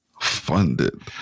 funded